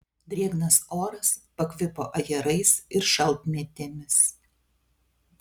drėgnas oras pakvipo ajerais ir šaltmėtėmis